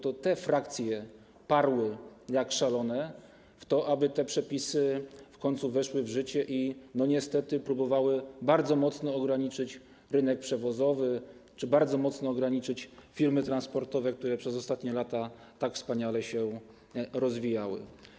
To te frakcje parły jak szalone do tego, aby te przepisy w końcu weszły w życie i niestety próbowały bardzo mocno ograniczyć rynek przewozowy czy bardzo mocno ograniczyć firmy transportowe, które przez ostatnie lata tak wspaniale się rozwijały.